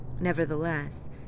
Nevertheless